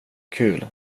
kul